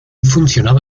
funcionaba